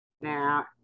Now